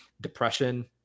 depression